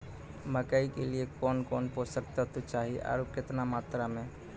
मकई के लिए कौन कौन पोसक तत्व चाहिए आरु केतना मात्रा मे?